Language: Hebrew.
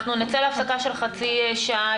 אנחנו נצא להפסקה של חצי שעה,